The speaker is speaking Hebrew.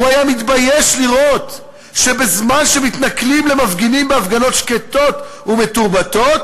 הוא היה מתבייש לראות שבזמן שמתנכלים למפגינים בהפגנות שקטות ומתורבתות,